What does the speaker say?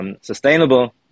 sustainable